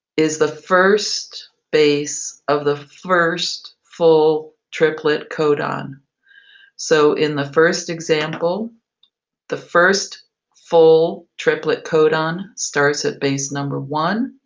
is the first base of the first full triplet codon? so so in the first example the first full triplet codon starts at base number one.